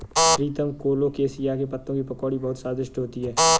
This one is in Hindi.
प्रीतम कोलोकेशिया के पत्तों की पकौड़ी बहुत स्वादिष्ट होती है